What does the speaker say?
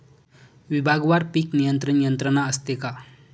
विभागवार पीक नियंत्रण यंत्रणा असते का?